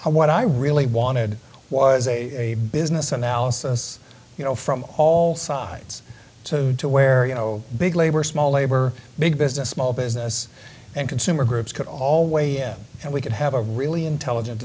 what i really wanted was a business analysis you know from all sides to where you know big labor small labor big business small business and consumer groups could always have and we could have a really intelligent